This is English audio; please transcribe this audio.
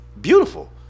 beautiful